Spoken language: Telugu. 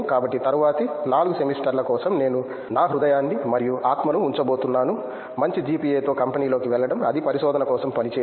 కాబట్టి తరువాతి 4 సెమిస్టర్ల కోసం నేను నా హృదయాన్ని మరియు ఆత్మను ఉంచబోతున్నాను మంచి GPA తో కంపెనీలోకి వెళ్లడం అది పరిశోధన కోసం పని చేయదు